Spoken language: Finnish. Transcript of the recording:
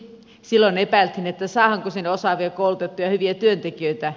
silloin epäiltiin saadaanko sinne osaavia koulutettuja hyviä työntekijöitä